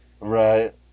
Right